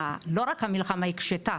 לא רק המלחמה הקשתה,